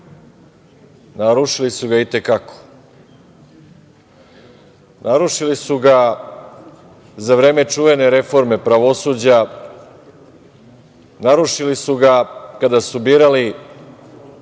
Narušili su ga i te kako.